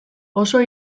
oso